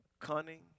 cunning